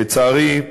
לצערי,